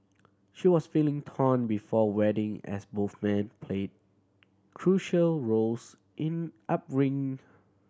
she was feeling torn before wedding as both man played crucial roles in upbringing